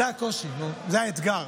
זה הקושי, זה האתגר.